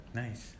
nice